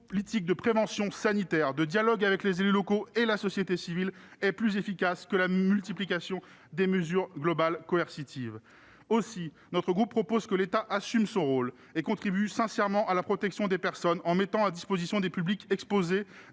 une politique de prévention sanitaire et de dialogue avec les élus locaux et la société civile est plus efficace que la multiplication de mesures globales coercitives. Aussi, notre groupe propose que l'État assume son rôle et contribue sincèrement à la protection des personnes, en mettant à disposition des publics exposés